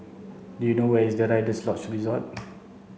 do you know where is Rider's Lodge Resort